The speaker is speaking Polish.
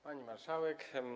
Pani Marszałek!